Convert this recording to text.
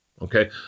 Okay